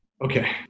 Okay